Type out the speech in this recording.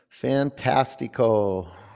fantastico